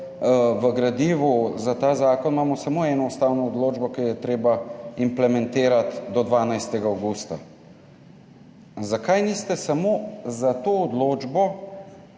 v gradivu za ta zakon, imamo samo eno ustavno odločbo, ki jo je treba implementirati do 12. avgusta, zakaj niste samo za to odločbo